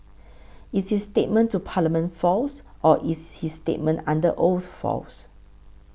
is his statement to Parliament false or is his statement under oath false